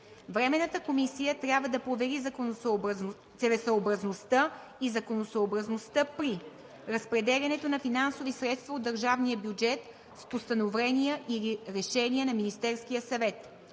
Временната комисия трябва да провери целесъобразността и законосъобразността при: - разпределянето на финансови средства от държавния бюджет с постановления или решения на Министерския съвет;